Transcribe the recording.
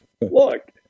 look